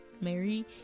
Mary